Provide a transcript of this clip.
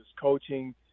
coaching